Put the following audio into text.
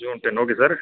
June ten okay sir